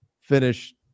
finish